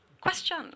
Question